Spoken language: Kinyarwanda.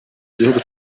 gihugu